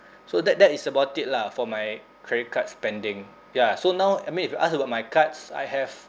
so that that is about it lah for my credit card spending ya so now I mean if you ask about my cards I have